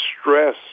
stress